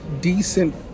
decent